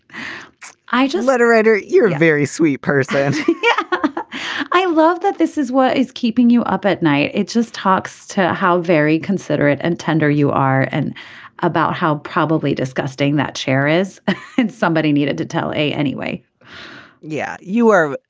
i just let a writer you're a very sweet person yeah i love that this is what is keeping you up at night. it just talks to how very considerate and tender you are and about how probably disgusting that chair is and somebody needed to tell a anyway yeah you are.